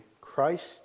Christ